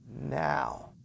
now